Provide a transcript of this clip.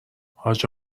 حاج